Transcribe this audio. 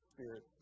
Spirit